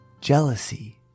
jealousy